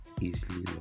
easily